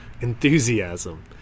enthusiasm